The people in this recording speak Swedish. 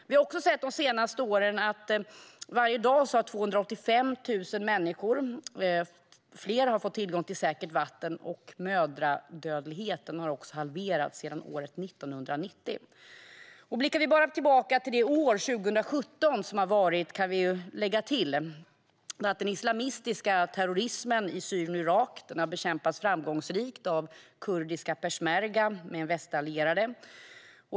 Vi har också sett de senaste åren att varje dag har 285 000 fler människor fått tillgång till säkert vatten, och mödradödligheten har också halverats sedan 1990. Om vi blickar tillbaka på året 2017 kan vi lägga till att den islamistiska terrorismen i Syrien och Irak har bekämpats framgångsrikt av kurdiska peshmerga tillsammans med västallierade.